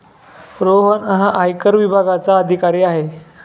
रोहन हा आयकर विभागाचा अधिकारी आहे